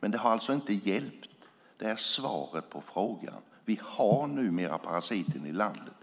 men det har alltså inte hjälpt. Det är svaret på frågan. Vi har numera parasiten i landet.